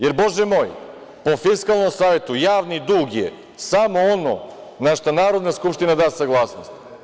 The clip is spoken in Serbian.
Jer, bože moj, po Fiskalnom savetu javni dug je samo ono na šta Narodna skupština da saglasnost.